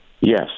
Yes